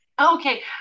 Okay